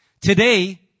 Today